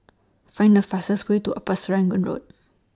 Find The fastest Way to Upper Serangoon Road